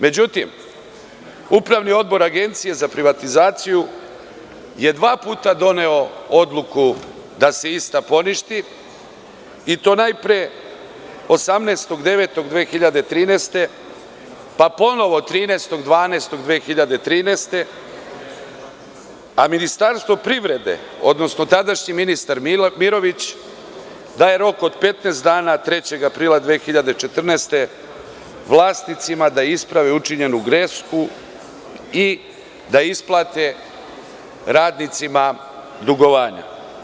Međutim, Upravni odbor Agencije za privatizaciju je dva puta doneo odluku da se ista poništi, i to najpre 18. septembra 2013. godine, pa ponovo 13. decembra 2013. godine, a Ministarstvo privrede, odnosno tadašnji ministar Mirović daje rok od 15 dana, 3. aprila 2014. godine, vlasnicima da isprave učinjenu grešku i da isplate radnicima dugovanja.